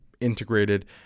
integrated